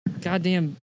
goddamn